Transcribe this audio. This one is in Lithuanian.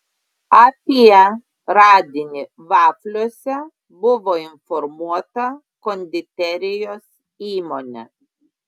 apie radinį vafliuose buvo informuota konditerijos įmonė